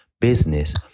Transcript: business